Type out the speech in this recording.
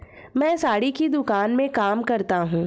मैं साड़ी की दुकान में काम करता हूं